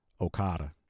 Okada